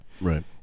Right